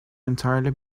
entirely